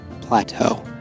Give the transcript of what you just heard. plateau